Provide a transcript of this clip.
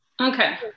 Okay